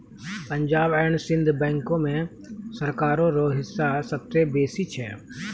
Punjab and Sind bank मे सरकारो रो हिस्सा सबसे बेसी छै